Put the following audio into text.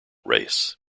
race